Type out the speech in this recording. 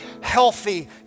healthy